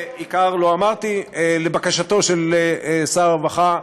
ועיקר לא אמרתי: לבקשתו של שר הרווחה,